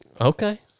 Okay